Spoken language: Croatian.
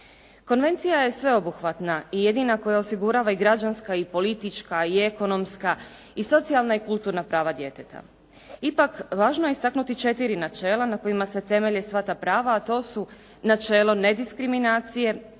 Konvencija je sveobuhvatna i jedina koja osigurava i građanska, i politička, i ekonomska, i socijalna, i kulturna prava djeteta. Ipak, važno je istaknuti četiri načela na kojima se temelje sva ta prava, a to su načelo nediskriminacije,